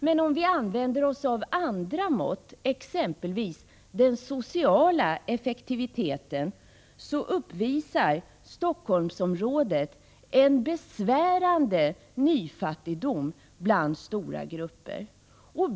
Men om vi använder oss av andra mått, exempelvis den sociala effektiviteten, uppvisar Stockholmsområdet en besvärande nyfattigdom bland stora grupper.